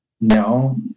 no